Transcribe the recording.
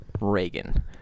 Reagan